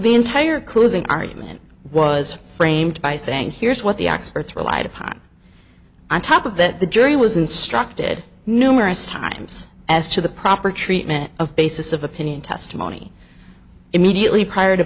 the entire closing argument was framed by saying here's what the experts relied upon on top of that the jury was instructed numerous times as to the proper treatment of basis of opinion testimony immediately prior to